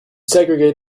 segregate